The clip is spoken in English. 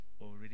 already